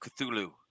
Cthulhu